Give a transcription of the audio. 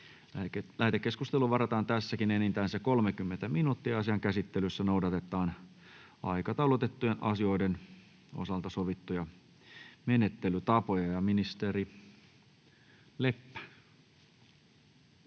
Lähetekeskusteluun varataan tässäkin enintään 30 minuuttia. Asian käsittelyssä noudatetaan aikataulutettujen asioiden osalta sovittuja menettelytapoja. — Ministeri Leppä